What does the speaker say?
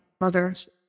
mothers